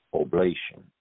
oblation